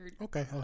okay